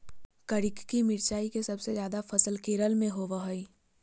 करिककी मिरचाई के सबसे ज्यादा फसल केरल में होबो हइ